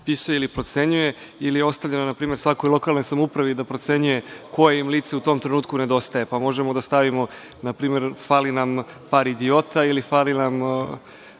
propisuje ili procenjuju ili je ostavljeno npr. svakoj lokalnoj samoupravi da procenjuje koje im lice u tom trenutku nedostaje, pa možemo, na primer, da stavimo fali nam par idiota ili fali nam